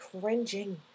cringing